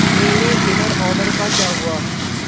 میرے dinner order کا کیا ہوا